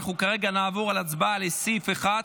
נעבור כרגע להצבעה על סעיף 1,